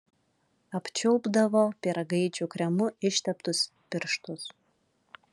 apčiulpdavo pyragaičių kremu išteptus pirštus